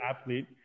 athlete